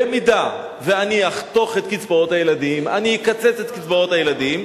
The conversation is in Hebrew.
במידה שאני אחתוך את קצבאות הילדים,